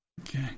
okay